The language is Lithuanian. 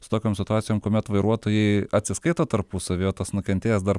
su tokiom situacijom kuomet vairuotojai atsiskaito tarpusavyje tas nukentėjęs dar